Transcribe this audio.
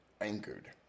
anchored